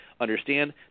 understand